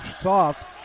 soft